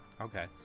Okay